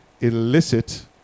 illicit